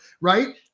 right